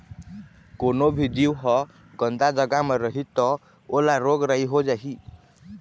कोनो भी जीव ह गंदा जघा म रही त ओला रोग राई हो जाही